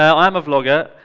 i am a vlogger,